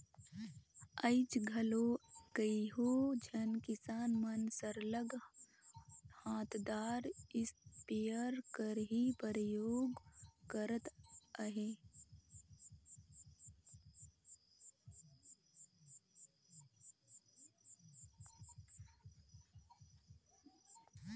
आएज घलो कइयो झन किसान मन सरलग हांथदार इस्पेयर कर ही परयोग करत अहें